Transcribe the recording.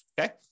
Okay